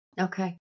Okay